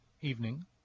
evening